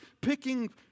picking